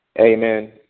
Amen